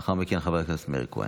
לאחר מכן, חבר הכנסת מאיר כהן.